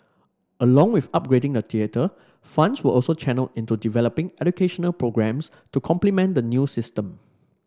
along with upgrading the theatre funds were also channelled into developing educational programmes to complement the new system